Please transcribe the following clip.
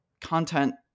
content